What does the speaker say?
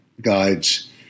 guides